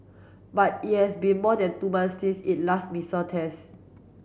but it has been more than two months since it last missile test